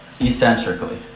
eccentrically